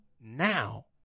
now